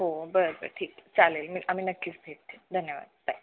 हो बरं बरं ठीक चालेल मी आम्ही नक्कीच भेट देऊ धन्यवाद बाय